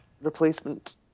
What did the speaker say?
Replacement